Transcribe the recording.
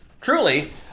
truly